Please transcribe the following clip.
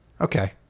Okay